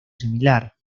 similar